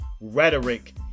rhetoric